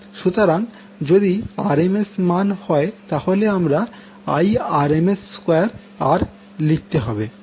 সুতরাং I যদি RMS মান হয় তখন আমাদের IRMS2 R লিখতে হবে